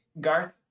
Garth